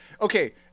okay